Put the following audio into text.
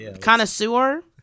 connoisseur